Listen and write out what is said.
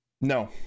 No